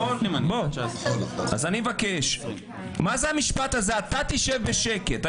זה המשפט הזה, אתה תשב בשקט?